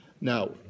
Now